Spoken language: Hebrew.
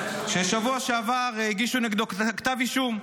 שבשבוע שעבר הגישו נגדו כתב אישום.